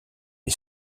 les